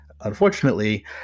Unfortunately